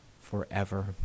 forever